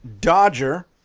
Dodger